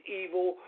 evil